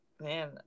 man